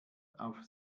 auf